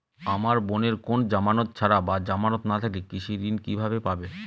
আমার বোনের কোন জামানত ছাড়া বা জামানত না থাকলে কৃষি ঋণ কিভাবে পাবে?